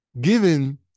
given